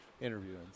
interviewing